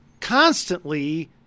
constantly